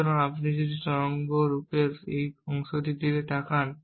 সুতরাং আপনি যদি এই তরঙ্গরূপের এই অংশটির দিকে তাকান